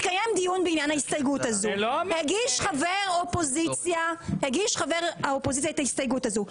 הגיש חבר אופוזיציה את ההסתייגות הזאת.